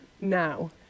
now